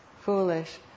foolish